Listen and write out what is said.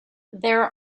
there